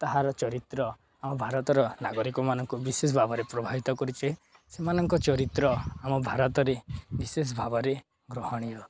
ତାହାର ଚରିତ୍ର ଆମ ଭାରତର ନାଗରିକମାନଙ୍କୁ ବିଶେଷ ଭାବରେ ପ୍ରଭାବିତ କରିଛି ସେମାନଙ୍କ ଚରିତ୍ର ଆମ ଭାରତରେ ବିଶେଷ ଭାବରେ ଗ୍ରହଣୀୟ